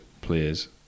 players